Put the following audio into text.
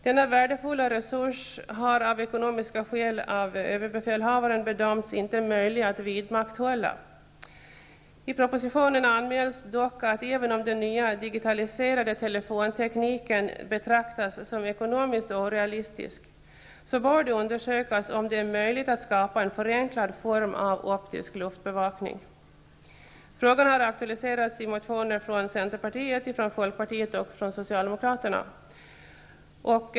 Denna värdefulla resurs har av ekonomiska skäl av överbefälhavaren bedömts som inte möjlig att vidmakthålla. I propositionen anmäls dock att även om den nya digitaliserade telefontekniken betraktas som ekonomiskt orealistisk, så bör det undersökas om det är möjligt att skapa en förenklad form av optisk luftbevakning. Frågan har aktualiserats i motioner från Socialdemokraterna.